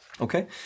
Okay